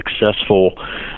successful